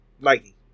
Nike